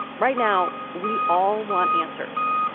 right now, we all want answers,